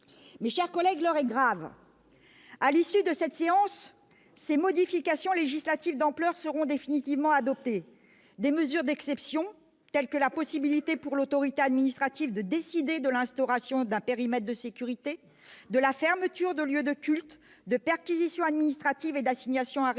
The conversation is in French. Mes chers collègues, l'heure est grave. À l'issue de cette séance, des modifications législatives d'ampleur seront définitivement adoptées. Des mesures d'exception, telles que la possibilité pour l'autorité administrative de décider de l'instauration d'un périmètre de sécurité, de la fermeture de lieux de culte, de perquisitions administratives et d'assignations à résidence,